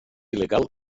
il·legal